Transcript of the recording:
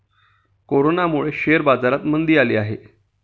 कोरोनामुळे शेअर बाजारात मंदी आली आहे